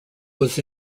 was